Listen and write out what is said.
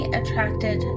attracted